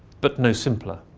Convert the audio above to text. but no simpler